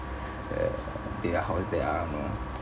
uh their house there I don't know